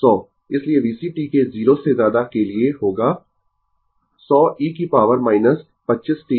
इसलिए VCt t के 0 से ज्यादा के लिए होगा 100 e की पॉवर - 25 t वोल्ट